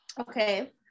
Okay